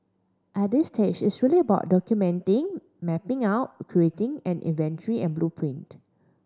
at this stage it's really about documenting mapping out creating an inventory and blueprint